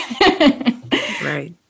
Right